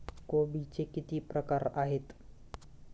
कोबीचे किती प्रकार आहेत?